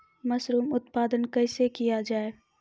Mushroom उत्पादन कैसे किया जाय?